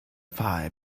fare